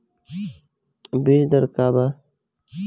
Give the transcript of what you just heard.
बीज दर का वा?